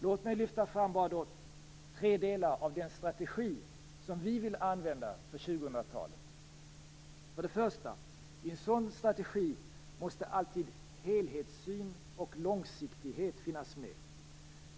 Låt mig lyfta fram tre delar av den strategi som vi vill använda för 2000 För det första. I en sådan strategi måste alltid helhetssyn och långsiktighet finnas med.